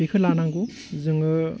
बिखो लानांगौ जोङो